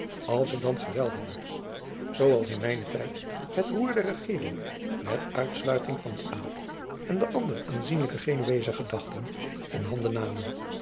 als er dan geweldenaars zoo als in mijnen tijd het roer der regering met uitsluiting van den adel en de andere aanzienlijke genuesche gedachten in handen namen